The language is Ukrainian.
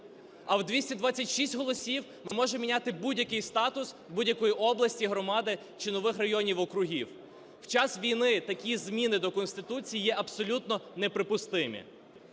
а в 226 голосів ми можемо міняти будь-який статус будь-якої області, громади чи нових районів, округів. В час війни такі зміни до Конституції є абсолютно неприпустимі.